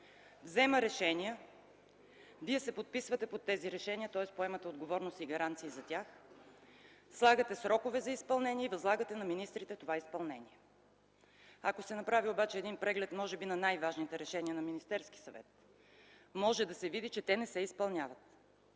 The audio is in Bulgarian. взема решения, Вие се подписвате под тези решения, тоест поемате отговорност и гаранция за тях, слагате срокове за изпълнение и възлагате на министрите това изпълнение. Ако се направи обаче преглед на най-важните решения на Министерския съвет, може да се види, че те не се изпълняват.